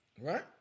Right